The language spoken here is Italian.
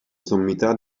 sommità